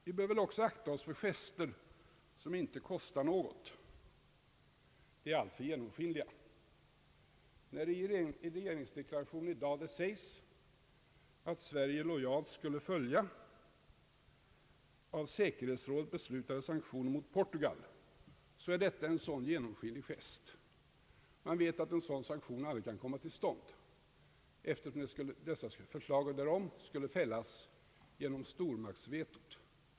Vi bör också akta oss för gester som inte kostar något. De är alltför genomskinliga. När det i dag sägs i regeringsdeklarationen att Sverige lojalt skulle följa av säkerhetsrådet beslutade sanktioner mot Portugal, så är detta en sådan genomskinlig gest. Regeringen vet att en sådan sanktion aldrig kan komma till stånd, eftersom förslag därom skulle fällas genom stormaktsvetot.